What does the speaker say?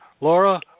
Laura